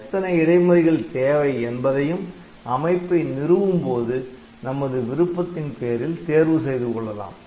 எத்தனை இடைமறிகள் தேவை என்பதையும் அமைப்பை நிறுவும் போது நமது விருப்பத்தின் பேரில் தேர்வு செய்துகொள்ளலாம்